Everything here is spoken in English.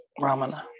Ramana